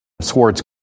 Swords